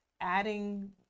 adding